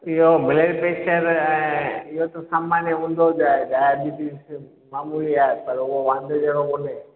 इहो ब्लेडप्रेशर ऐं इहो त सभु माने हूंदो जो आहे डायबिटीज बि मामूली आहे पर उहो वांदे जहिड़ो कोन्हे